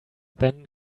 then